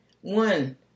One